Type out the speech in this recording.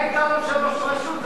היית ראש רשות,